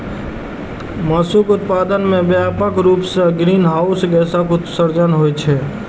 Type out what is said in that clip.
मासुक उत्पादन मे व्यापक रूप सं ग्रीनहाउस गैसक उत्सर्जन होइत छैक